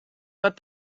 but